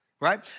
Right